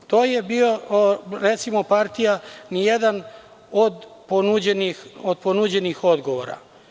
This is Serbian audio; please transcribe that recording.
To je bila, recimo, partija Nijedan od ponuđenih odgovora.